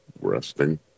resting